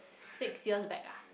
six years back ah